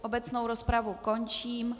Obecnou rozpravu končím.